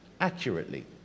accurately